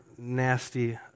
nasty